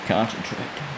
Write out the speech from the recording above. Concentrate